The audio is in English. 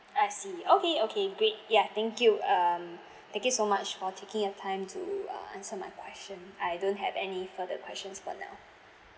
I see okay okay great ya thank you um thank you so much for taking your time to uh answer my question I don't have any further questions for now